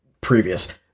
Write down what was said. previous